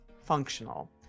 functional